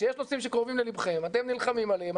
כשיש נושאים שקרובים ללבכם אתם נלחמים עליהם,